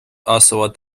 asuvad